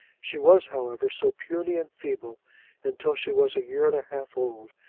she was, however, so puny and feeble until she was a year and a half old,